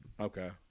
Okay